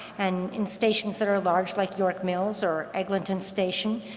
and in stations that are large like york mills or eglinton station,